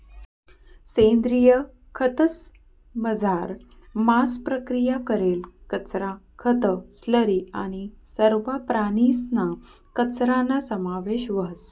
सेंद्रिय खतंसमझार मांस प्रक्रिया करेल कचरा, खतं, स्लरी आणि सरवा प्राणीसना कचराना समावेश व्हस